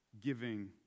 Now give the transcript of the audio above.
giving